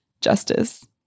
justice